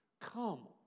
Come